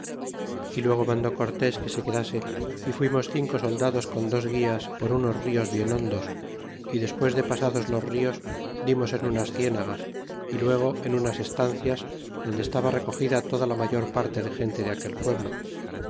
y luego mandó cortés que se quedase y fuimos cinco soldados con dos guías por unos nos bien hondos y despues de pasados los dos dimos en unas cienagas y luego en unas estancias donde estaba recogida toda la mayor parte de gente de aquel pueblo